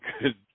good